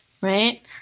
right